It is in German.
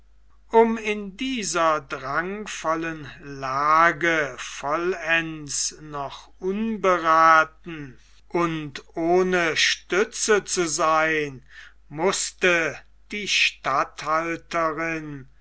um in dieser drangvollen lage vollends noch unberathen und ohne stütze zu sein mußte die